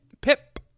Pip